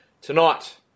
tonight